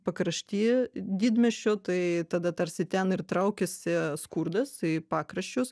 pakrašty didmiesčio tai tada tarsi ten ir traukiasi skurdas į pakraščius